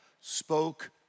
spoke